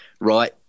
right